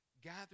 gather